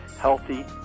healthy